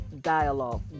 dialogue